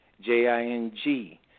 J-I-N-G